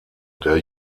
der